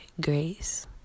grace